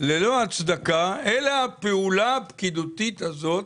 ללא הצדקה, בגלל הפעולה הפקידותית הזאת